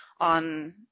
on